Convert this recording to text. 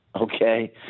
Okay